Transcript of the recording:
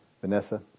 Vanessa